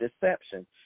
deception